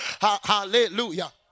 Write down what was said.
Hallelujah